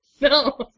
No